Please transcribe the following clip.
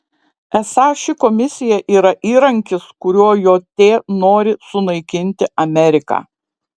esą ši komisija yra įrankis kuriuo jt nori sunaikinti ameriką